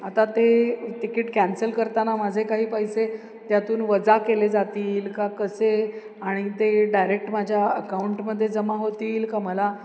आता ते ticket cancel करताना माझे काही पैसे त्यातून वजा केले जातील का कसे आणि ते डायरेक्ट माझ्या अकाऊंटमध्ये जमा होतील का मला